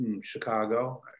Chicago